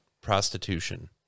Prostitution